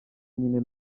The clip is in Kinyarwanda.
nyine